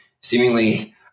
seemingly